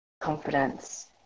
confidence